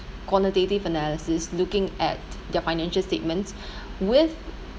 quantitative analysis looking at their financial statements with